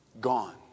gone